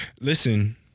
Listen